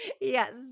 Yes